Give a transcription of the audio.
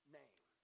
name